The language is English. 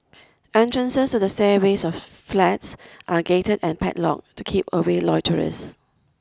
entrances to the stairways of flats are gated and padlocked to keep away loiterers